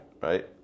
right